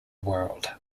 world